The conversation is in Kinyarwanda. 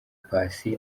paccy